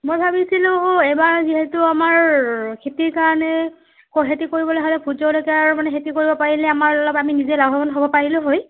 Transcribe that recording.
মই ভাবিছিলোঁ এইবাৰ যিহেতু আমাৰ খেতিৰ কাৰণে খেতি কৰিবলৈ হ'লে ভোট জলকীয়াৰ মানে খেতি কৰিব পাৰিলে আমাৰ অলপমান আমি নিজে লাভৱান হ'ব পাৰিলোঁ হয়